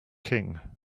king